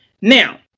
Now